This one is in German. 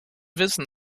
wissen